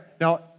now